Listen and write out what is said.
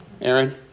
Aaron